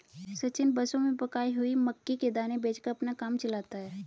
सचिन बसों में पकाई हुई मक्की के दाने बेचकर अपना काम चलाता है